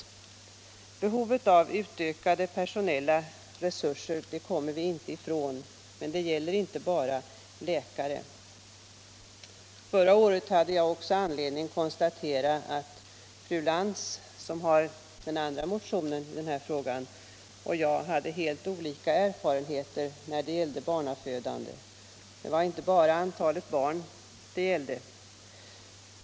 Behovet av utökade personella resurser kommer vi inte ifrån. Men det gäller inte bara läkare. Förra året hade jag också anledning konstatera att fru Lantz, som väckt den andra motionen i denna fråga, och jag hade helt olika erfarenheter när det gäller barnafödande. Det gäller inte bara antalet barn.